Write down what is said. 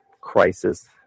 crisis